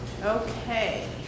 Okay